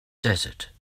desert